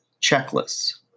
checklists